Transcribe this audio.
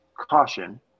caution